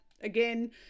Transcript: Again